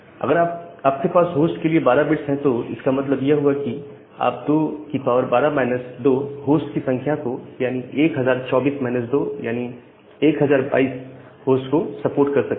अगर आपके पास होस्ट के लिए 12 बिट्स है तो इसका मतलब यह हुआ कि आप 212 2 होस्ट की संख्या को यानी 1024 मायनस 2 यानी 1022 होस्ट को सपोर्ट कर सकते हैं